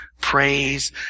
Praise